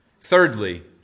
Thirdly